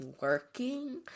working